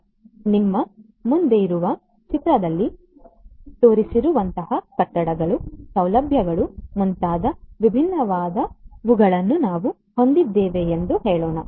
ಆದ್ದರಿಂದ ನಿಮ್ಮ ಮುಂದೆ ಇರುವ ಚಿತ್ರದಲ್ಲಿ ತೋರಿಸಿರುವಂತಹ ಕಟ್ಟಡಗಳು ಸೌಲಭ್ಯಗಳು ಮುಂತಾದ ವಿಭಿನ್ನವಾದವುಗಳನ್ನು ನಾವು ಹೊಂದಿದ್ದೇವೆ ಎಂದು ಹೇಳೋಣ